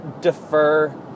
Defer